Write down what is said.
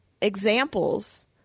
examples